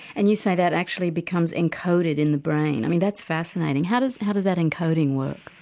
and you say that actually becomes encoded in the brain, i mean that's fascinating. how does how does that encoding work?